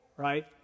right